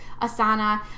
Asana